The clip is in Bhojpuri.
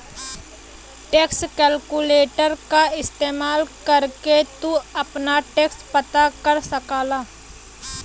टैक्स कैलकुलेटर क इस्तेमाल करके तू आपन टैक्स पता कर सकला